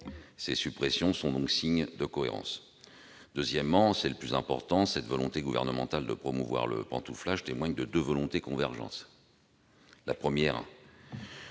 Ces suppressions sont donc signe de cohérence. Deuxièmement, et c'est le plus important, cette volonté gouvernementale de promouvoir le pantouflage témoigne de deux volontés convergentes. La première